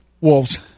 Wolves